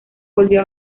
volvió